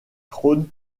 trône